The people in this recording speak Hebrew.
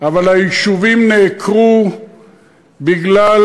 אבל היישובים נעקרו בגלל